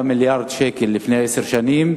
מ-4 מיליארד שקלים לפני עשר שנים,